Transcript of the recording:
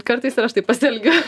kartais ir aš taip pasielgiu